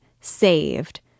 saved